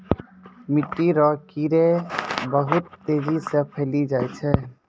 मिट्टी रो कीड़े बहुत तेजी से फैली जाय छै